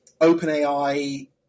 OpenAI